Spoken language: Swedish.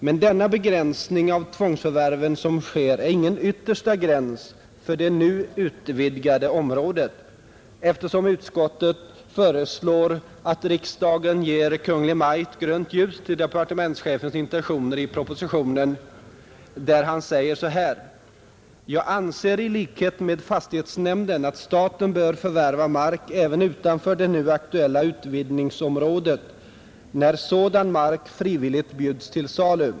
Men den begränsning av tvångsförvärven som sker anger ingen yttersta gräns för det utvidgade området, eftersom utskottet föreslår riksdagen att ge Kungl. Maj:t grönt ljus för departementschefens intentioner i propositionen, där han säger: ”jag anser ——— i likhet med fastighetsnämnden att staten bör förvärva mark även utanför det nu aktuella utvidgningsområdet när sådan mark frivilligt bjuds ut till salu.